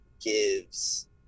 gives